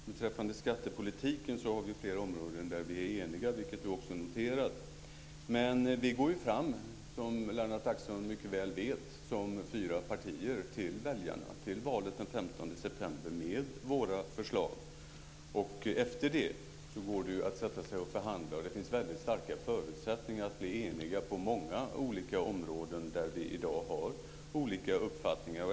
Beträffande skattepolitiken finns flera områden där vi är eniga, vilket också Lennart Axelsson har noterat. Som Lennart Axelsson mycket väl vet går vi fram som fyra partier gentemot väljarna till valet den 15 september med våra förslag. Efter det går det att sätta sig ned och förhandla. Det finns starka förutsättningar att bli eniga på många olika områden där vi i dag har olika uppfattningar.